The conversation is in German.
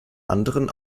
anderen